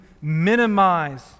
minimize